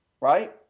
right